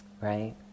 Right